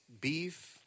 beef